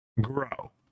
grow